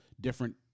different